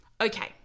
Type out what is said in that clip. Okay